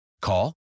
Call